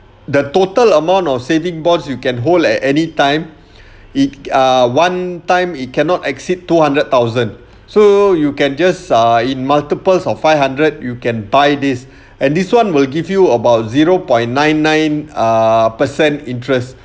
the total amount of saving bonds you can hold at anytime it ah one time it cannot exceed two hundred thousand so you can just ah in multiples of five hundred you can buy this and this one will give you about zero point nine nine uh percent interest